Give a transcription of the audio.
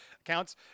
accounts